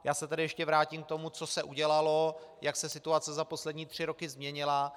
Já se ještě vrátím k tomu, co se udělalo, jak se situace za poslední tři roky změnila.